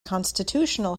constitutional